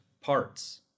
parts